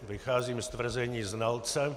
Vycházím z tvrzení znalce.